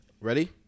Ready